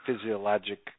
physiologic